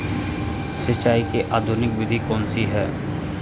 सिंचाई की आधुनिक विधि कौनसी हैं?